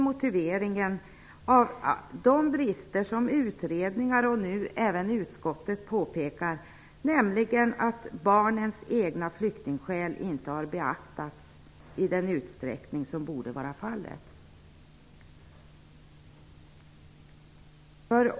Motiveringen är de brister som utredningar och nu även utskottet pekar på, nämligen att barnens egna flyktingskäl inte har beaktats i den utsträckning som borde vara fallet.